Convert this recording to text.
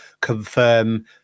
confirm